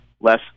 less